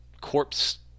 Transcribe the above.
corpse